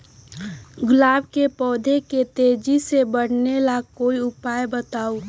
गुलाब के पौधा के तेजी से बढ़ावे ला कोई उपाये बताउ?